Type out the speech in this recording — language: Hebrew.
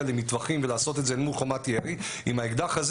למטווחים ולעשות את זה מול חומת ירי - עם האקדח הזה